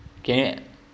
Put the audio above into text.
can you